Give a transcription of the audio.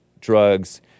drugs